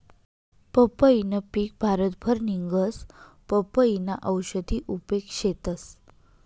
पंपईनं पिक भारतभर निंघस, पपयीना औषधी उपेग शेतस